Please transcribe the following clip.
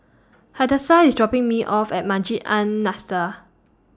Hadassah IS dropping Me off At Masjid An Nahdhah